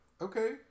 okay